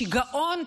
שיגעון,